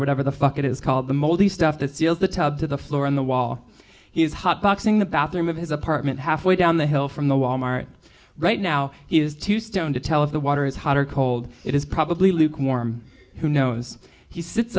whatever the fuck it is called the moldy stuff that seals the tub to the floor on the wall he is hot boxing the bathroom of his apartment half way down the hill from the wal mart right now he is too stoned to tell if the water is hot or cold it is probably lukewarm who knows he sits